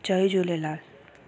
Jay Jhulelal